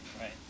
right